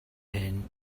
hyn